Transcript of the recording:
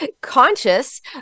conscious